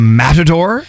matador